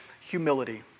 humility